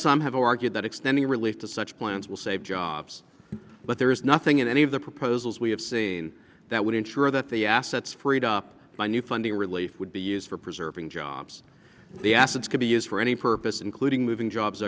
some have argued that extending relief to such plans will save jobs but there is nothing in any of the proposals we have seen that would ensure that the assets freed up by new funding relief would be used for preserving jobs the assets could be used for any purpose including moving jobs